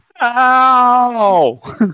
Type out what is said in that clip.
Ow